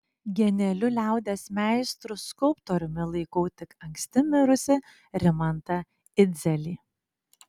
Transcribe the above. genialiu liaudies meistru skulptoriumi laikau tik anksti mirusį rimantą idzelį